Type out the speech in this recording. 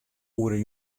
oere